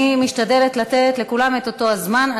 אני משתדלת לתת לכולם את אותו הזמן.